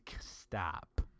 Stop